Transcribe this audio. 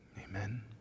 Amen